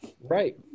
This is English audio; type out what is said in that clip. Right